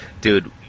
dude